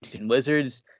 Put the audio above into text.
Wizards